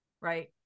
right